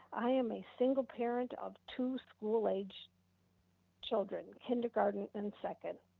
i am a single parent of two school-age children, kindergarten and second,